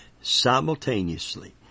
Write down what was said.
simultaneously